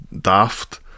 daft